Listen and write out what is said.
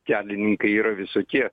kelininkai yra visokie